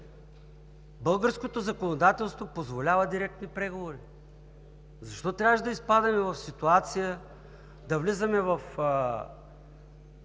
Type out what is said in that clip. Българското законодателство позволява директни преговори! Защо трябваше да изпадаме в ситуация да влизаме в